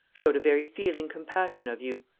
showed a very feeling compassion of you,